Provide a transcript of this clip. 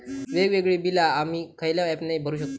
वेगवेगळी बिला आम्ही खयल्या ऍपने भरू शकताव?